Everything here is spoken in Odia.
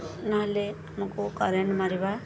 ନହେଲେ ଆମକୁ କରେଣ୍ଟ ମାରିବା